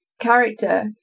character